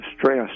stress